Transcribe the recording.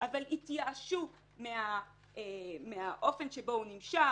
אבל התייאשו מהאופן שבו הוא נמשך,